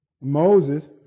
Moses